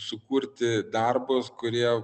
sukurti darbus kurie